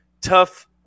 Tough